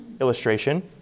illustration